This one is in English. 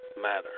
matter